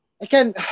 again